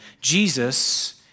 Jesus